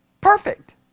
perfect